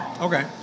Okay